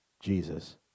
Jesus